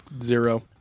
Zero